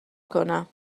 کنم